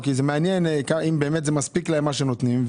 מעניין אם מספיק להם מה שנותנים.